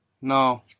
No